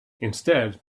instead